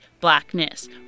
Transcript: blackness